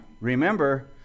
remember